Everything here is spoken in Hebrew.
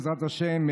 בעזרת השם,